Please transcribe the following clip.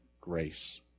grace